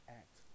act